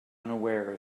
unaware